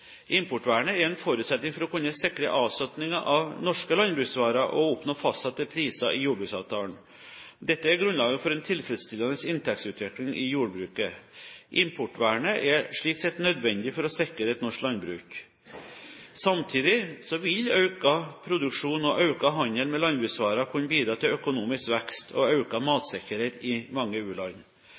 Importvernet er en forutsetning for å kunne sikre avsetningen av norske landbruksvarer og oppnå fastsatte priser i jordbruksavtalen. Dette er grunnlaget for en tilfredsstillende inntektsutvikling i jordbruket. Importvernet er slik sett nødvendig for å sikre et norsk landbruk. Samtidig vil økt produksjon og økt handel med landbruksvarer kunne bidra til økonomisk vekst og økt matsikkerhet i mange